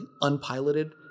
unpiloted